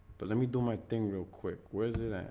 but let me do my thing real quick. where's it at?